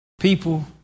People